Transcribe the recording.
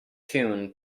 tune